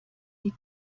die